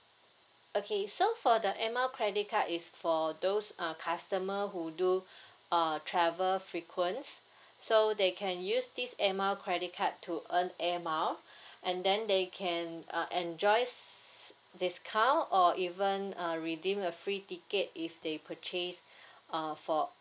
okay so for the air mile credit card is for those uh customer who do uh travel frequents so they can use this air mile credit card to earn air mile and then they can uh enjoys discount or even uh redeem a free ticket if they purchase uh for